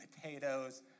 potatoes